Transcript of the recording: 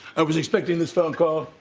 i was expecting this phone call.